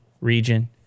region